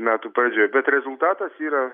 metų pradžioj bet rezultatas yra